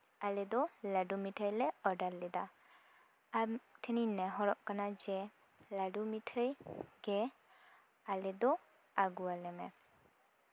ᱟᱞᱮ ᱫᱚ ᱞᱟᱹᱰᱩ ᱢᱤᱴᱷᱟᱹᱭ ᱞᱮ ᱚᱰᱟᱨ ᱞᱮᱫᱟ ᱟᱢ ᱴᱷᱮᱱᱤᱧ ᱱᱮᱦᱚᱨᱚᱜ ᱠᱟᱱᱟ ᱡᱮ ᱞᱟᱹᱰᱩ ᱢᱤᱴᱷᱟᱹᱭ ᱜᱮ ᱟᱞᱮ ᱫᱚ ᱟᱹᱜᱩ ᱟᱞᱮ ᱢᱮ